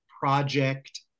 project